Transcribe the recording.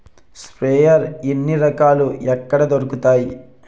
Sprayer ఎన్ని రకాలు? ఎక్కడ దొరుకుతాయి?